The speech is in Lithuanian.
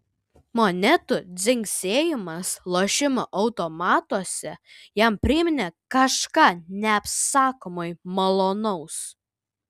monetų dzingsėjimas lošimo automatuose jam priminė kažką neapsakomai malonaus